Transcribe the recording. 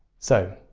so,